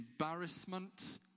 embarrassment